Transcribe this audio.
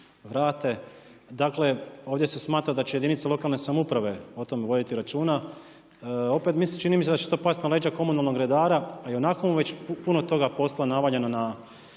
vrate. Dakle, ovdje se smatra da će jedinice lokalne samouprave o tome voditi računa. Opet čini mi se da će to pasti na leđa komunalnog redara a ionako mu je već puno toga posla navaljeno na